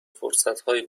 فرصتهای